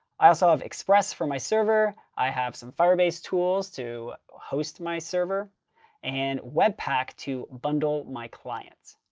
i also have express for my server. i have some firebase tools to host my server and webpack to bundle my clients.